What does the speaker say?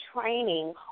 training